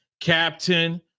Captain